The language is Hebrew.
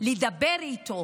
לדבר איתו.